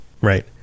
right